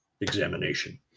examination